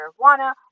marijuana